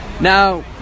Now